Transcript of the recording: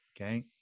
Okay